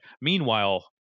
meanwhile